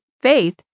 faith